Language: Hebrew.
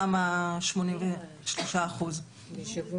כן,